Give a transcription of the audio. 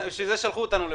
שביל זה שלחו אותנו לפה.